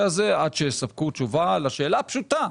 הזה עד שיספקו תשובה על השאלה הפשוטה: